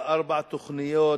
וארבע תוכניות